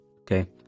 Okay